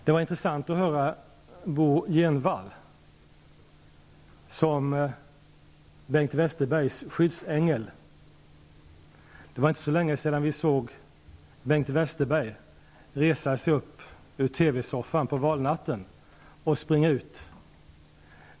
Det var intressant att höra Bo Jenevall som Bengt Westerbergs skyddsängel. Det var inte så länge sedan vi såg Bengt Westerberg resa sig upp ur TV soffan på valnatten och springa ut.